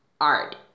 art